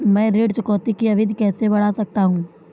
मैं ऋण चुकौती की अवधि कैसे बढ़ा सकता हूं?